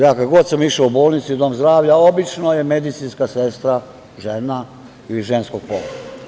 Ja kada god sam išao u bolnicu ili dom zdravlja obično je medicinska sestra žena ili ženskog pola.